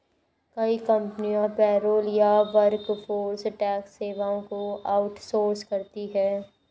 कई कंपनियां पेरोल या वर्कफोर्स टैक्स सेवाओं को आउट सोर्स करती है